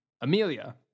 Amelia